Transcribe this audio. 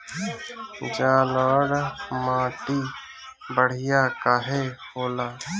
जलोड़ माटी बढ़िया काहे होला?